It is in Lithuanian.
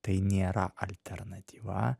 tai nėra alternatyva